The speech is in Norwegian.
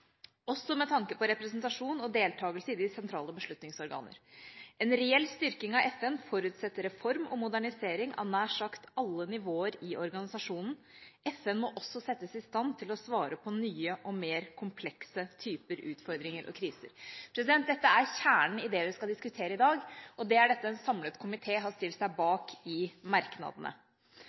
også med tanke på representasjon og deltakelse i de sentrale beslutningsorganer. En reell styrking av FN forutsetter reform og modernisering av nær sagt alle nivåer i organisasjonen. FN må også settes i stand til å svare på nye og mer komplekse typer utfordringer og kriser. Dette er kjernen i det vi skal diskutere i dag, og det er dette en samlet komité har stilt seg bak i merknadene.